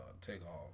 takeoff